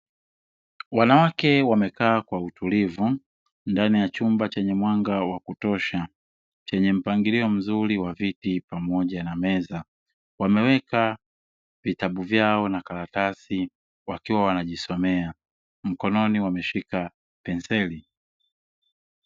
Wanawake wamekaa kwa utulivu ndani ya chumba chenye mwanga wa kutosha, chenye mpangilio mzuri wa viti pamoja na meza. Wameweka vitabu vyao na karatasi, wakiwa wanajisomea; mkononi wameshika penseli.